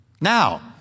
Now